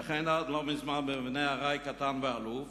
ושכן עד לא מזמן בבית ארעי קטן ועלוב.